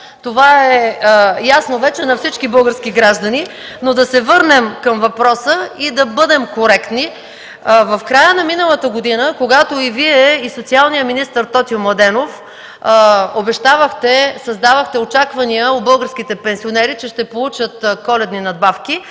Стига с тези пророчества! МАЯ МАНОЛОВА: Но да се върнем към въпроса и да бъдем коректни. В края на миналата година, когато и Вие, и социалният министър Тотю Младенов обещавахте, създавахте очаквания в българските пенсионери, че ще получат коледни надбавки,